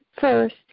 first